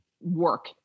work